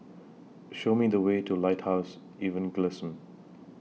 Show Me The Way to Lighthouse Evangelism